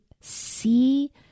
see